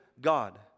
God